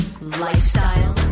Lifestyle